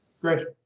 Great